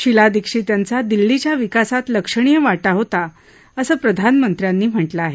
शिला दीक्षित यांचा दिल्लीच्या विकासात लक्षणीय वाटा होता असं प्रधानमंत्र्यांनी म्हटलं आहे